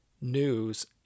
news